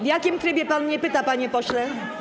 W jakim trybie pan mnie pyta, panie pośle?